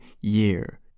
year